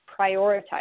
prioritize